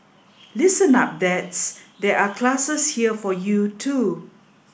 listen up dads there are classes here for you too